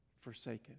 forsaken